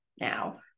now